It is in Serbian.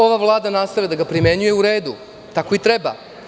Ova Vlada nastavlja da ga primenjuje i u redu, tako i treba.